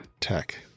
tech